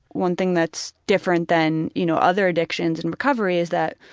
one thing that's different than, you know, other addictions and recovery is that,